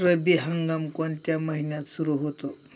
रब्बी हंगाम कोणत्या महिन्यात सुरु होतो?